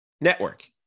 Network